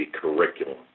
curriculum